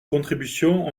contributions